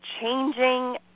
changing